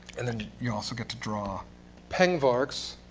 and and you also get to draw pengvarks.